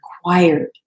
required